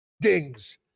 dings